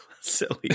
silly